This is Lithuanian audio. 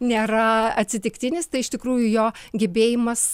nėra atsitiktinis tai iš tikrųjų jo gebėjimas